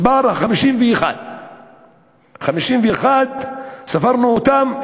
מספר 51. 51. ספרנו אותם.